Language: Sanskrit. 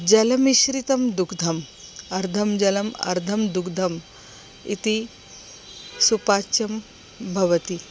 जलमिश्रितं दुग्धम् अर्धं जलम् अर्धं दुग्धम् इति सुपाच्यं भवति